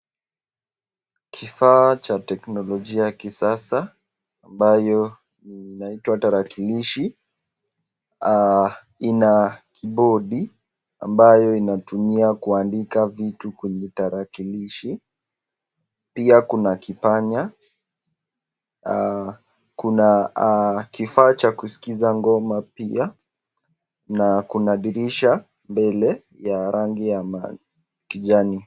Kifaa cha tekinolochia kisasa ambayo inaitwa darakilishi ina kipoti ambaye inatumika kuandika vitu kwenye darakilishi, pia kuna kipanya kuna kifaa cha kusikisa ngoma pia na Kuna dirisha mbele ya rangi ya kijani.